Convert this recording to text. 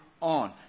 on